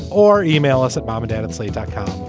or email us at bombed-out at slate dot com.